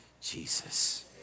Jesus